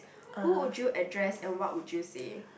who would you address and what would you say